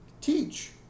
Teach